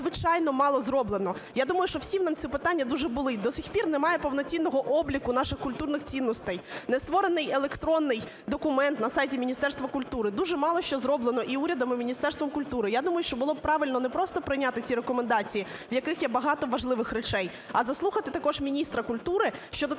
надзвичайно мало зроблено. Я думаю, що всім нам це питання дуже болить. До цих пір немає повноцінного обліку наших культурних цінностей, не створений електронний документ на сайті Міністерства культури, дуже мало що зроблено і урядом, і Міністерством культури. Я думаю, що було б правильно не просто прийняти ці рекомендації, в яких є багато важливих речей, а заслухати також міністра культури щодо